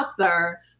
author